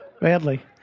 badly